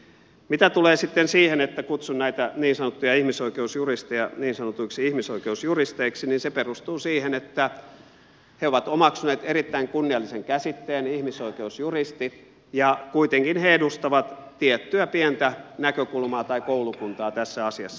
mitä tulee sitten siihen että kutsun näitä niin sanottuja ihmisoikeusjuristeja niin sanotuiksi ihmisoikeusjuristeiksi se perustuu siihen että he ovat omaksuneet erittäin kunniallisen käsitteen ihmisoikeusjuristi ja kuitenkin he edustavat tiettyä pientä näkökulmaa tai koulukuntaa tässä asiassa